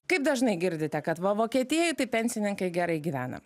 kaip dažnai girdite kad va vokietijoj tai pensininkai gerai gyvena